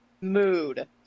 Mood